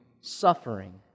suffering